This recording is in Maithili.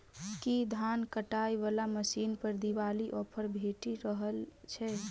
की धान काटय वला मशीन पर दिवाली ऑफर भेटि रहल छै?